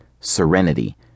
Serenity